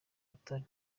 rutare